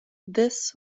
this